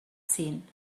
ziehen